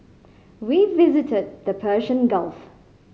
we visited the Persian Gulf